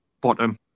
bottom